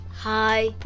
Hi